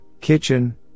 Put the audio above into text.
kitchen